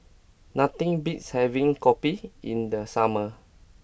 nothing beats having kopi in the summer